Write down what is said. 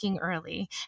early